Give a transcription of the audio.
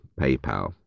PayPal